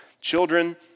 Children